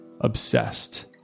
obsessed